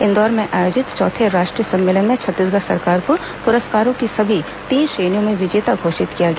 इंदौर में आयोजित चौथे राष्ट्रीय सम्मेलन में छत्तीसगढ़ सरकार को पुरस्कारों की सभी तीन श्रेणियों में विजेता घोषित किया गया